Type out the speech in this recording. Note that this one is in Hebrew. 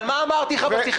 אבל מה אמרתי לך בפתיחה?